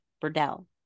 Burdell